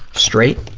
straight,